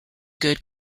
good